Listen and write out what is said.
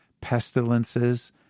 pestilences